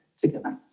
together